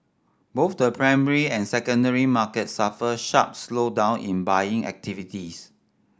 both the primary and secondary markets suffered sharp slowdown in buying activities